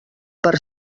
per